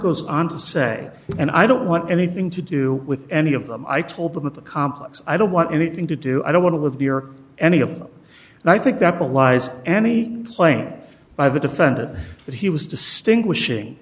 goes on to say and i don't want anything to do with any of them i told them at the complex i don't want anything to do i don't want to live near any of them and i think that belies any playing by the defendant that he was distinguishing